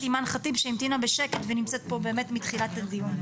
אימאן ח'טיב שהמתינה בשקט ונמצאת פה מתחילת הדיון.